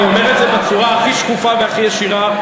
אני אומר את זה בצורה הכי שקופה והכי ישירה,